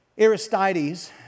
Aristides